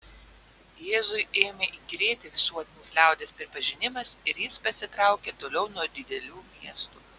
jėzui ėmė įkyrėti visuotinis liaudies pripažinimas ir jis pasitraukė toliau nuo didelių miestų